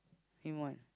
him one